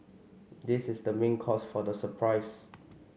this is the main cause for the surprise